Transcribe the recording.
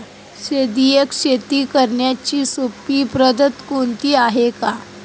सेंद्रिय शेती करण्याची सोपी पद्धत कोणती आहे का?